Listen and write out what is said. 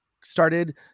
started